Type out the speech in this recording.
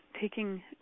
taking